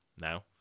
now